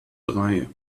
drei